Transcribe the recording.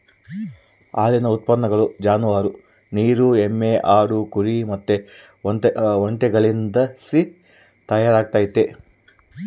ಹಾಲಿನ ಉತ್ಪನ್ನಗಳು ಜಾನುವಾರು, ನೀರು ಎಮ್ಮೆ, ಆಡು, ಕುರಿ ಮತ್ತೆ ಒಂಟೆಗಳಿಸಿಂದ ತಯಾರಾಗ್ತತೆ